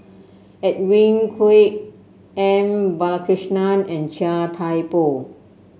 Edwin Koek M Balakrishnan and Chia Thye Poh